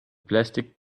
plastic